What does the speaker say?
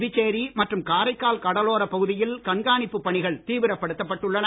புதுச்சேரி மற்றும் காரைக்கால் கடலோரப் பகுதியில் கண்காணிப்புப் பணிகள் தீவிரப்படுத்தப் பட்டுள்ளன